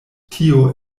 tio